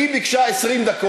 כן, בסדר, אז לתת לו לדבר?